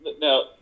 now